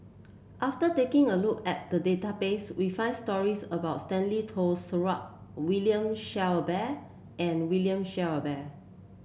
after taking a look at the database we found stories about Stanley Toft Stewart William Shellabear and William Shellabear